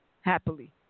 Happily